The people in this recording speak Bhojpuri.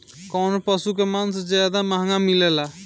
कौन पशु के मांस ज्यादा महंगा मिलेला?